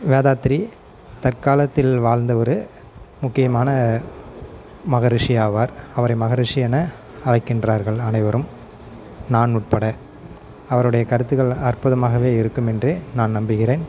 வேதாத்திரி தற்காலத்தில் வாழ்ந்தவரு முக்கியமான மகரிஷி ஆவார் அவரை மகரிஷி என அழைக்கின்றார்கள் அனைவரும் நான் உட்பட அவருடைய கருத்துக்கள் அற்புதமாகவே இருக்கும் என்று நான் நம்புகிறேன்